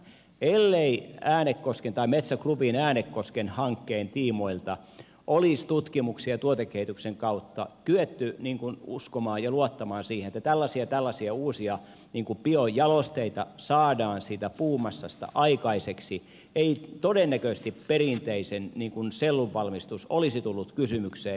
ellei metsä groupin äänekosken hankkeen tiimoilta olisi tutkimuksen ja tuotekehityksen kautta kyetty uskomaan ja luottamaan siihen että tällaisia ja tällaisia uusia biojalosteita saadaan siitä puumassasta aikaiseksi ei todennäköisesti perinteinen sellunvalmistus olisi tullut kysymykseen